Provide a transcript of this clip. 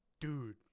dude